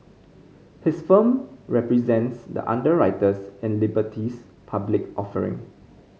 his firm represents the underwriters in Liberty's public offering